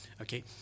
Okay